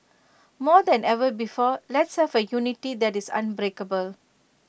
more than ever before let's have A unity that is unbreakable